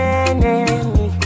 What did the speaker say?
enemy